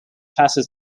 passes